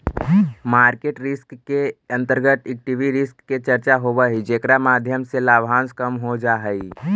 market risk के अंतर्गत equity risk के चर्चा होवऽ हई जेकरा माध्यम से लाभांश कम हो जा हई